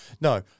no